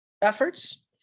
efforts